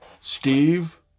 Steve